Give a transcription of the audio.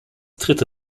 dritte